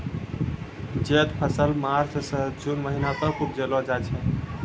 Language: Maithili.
जैद फसल मार्च सें जून महीना तक उपजैलो जाय छै